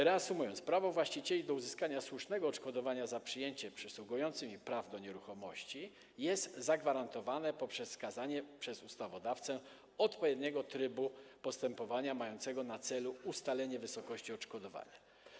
Reasumując, prawo właścicieli do uzyskania słusznego odszkodowania za przyjęcie przysługujących im praw do nieruchomości jest zagwarantowane poprzez wskazanie przez ustawodawcę odpowiedniego trybu postępowania mającego na celu ustalenie wysokości odszkodowania.